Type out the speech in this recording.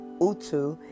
Utu